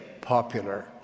popular